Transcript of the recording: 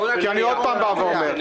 אני שוב פעם אומר,